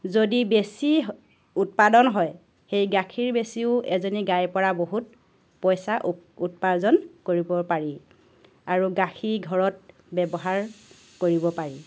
যদি বেছি উৎপাদন হয় সেই গাখীৰ বেচিও এজনী গাইৰ পৰা বহুত পইচা উৎ উপাৰ্জন কৰিব পাৰি আৰু গাখীৰ ঘৰত ব্যৱহাৰ কৰিব পাৰি